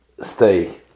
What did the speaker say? stay